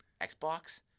Xbox